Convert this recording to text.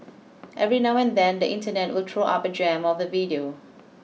every now and then the internet will throw up a gem of the video